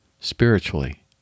spiritually